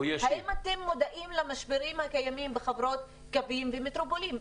האם אתם מודעים למשברים הקיימים בחברת קווים ומטרופולין?